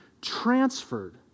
transferred